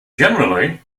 generally